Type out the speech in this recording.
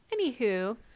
anywho